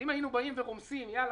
אם היינו רומסים: יאללה,